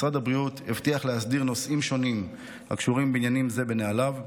משרד הבריאות הבטיח להסדיר נושאים שונים הקשורים בעניין זה בנהליו,